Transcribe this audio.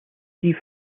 steve